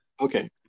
Okay